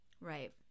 Right